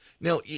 Now